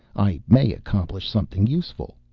i may accomplish something useful.